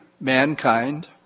mankind